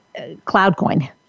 CloudCoin